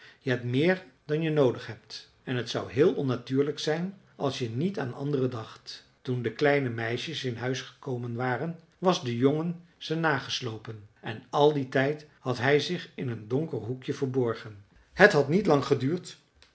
je hebt meer dan je noodig hebt en t zou heel onnatuurlijk zijn als je niet aan anderen dacht toen de kleine meisjes in huis gekomen waren was de jongen ze nageslopen en al dien tijd had hij zich in een donker hoekje verborgen het had niet lang geduurd